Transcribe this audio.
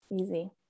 Easy